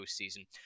postseason